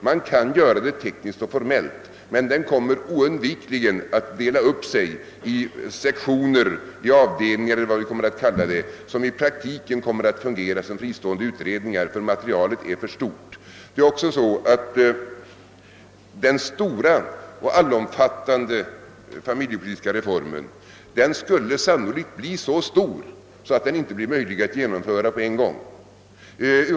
Man kan göra det tekniskt och formellt, men den utredningen kommer oundvikligen att dela upp sig i sektioner eller avdelningar som i praktiken kommer att fungera som fristående utredningar, och detta därför att materialet är alltför stort för en enda utredning. Det är också så att den stora och allomfattande familjepolitiska reformen sannolikt skulle bli så stor att den ur ren kostnadssynpunkt inte kunde genomföras på en gång.